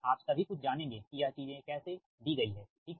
आप सभी कुछ जानेंगे कि यह चीजें कैसे दी गई है ठीक है